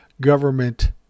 government